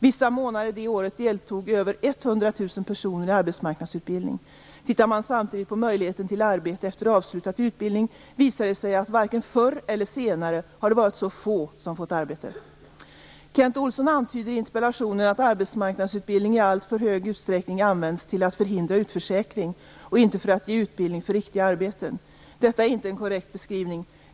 Vissa månader det året deltog över 100 000 personer i arbetsmarknadsutbildning. Tittar man samtidigt på möjligheten till arbete efter avslutad utbildning visar det sig att det varken förr eller senare har varit så få som fått arbete. Kent Olsson antyder i interpellationen att arbetsmarknadsutbildning i alltför hög utsträckning används till att förhindra utförsäkring och inte för att ge utbildning för riktiga arbeten. Detta är inte en korrekt beskrivning.